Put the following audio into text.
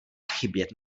chybět